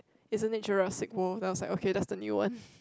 isn't it Jurassic World I was like that's the new one